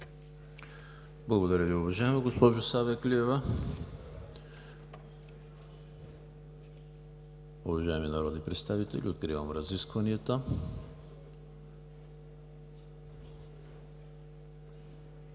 Благодаря Ви, уважаема госпожо Савеклиева. Уважаеми народни представители, откривам разискванията.